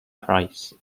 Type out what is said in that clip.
price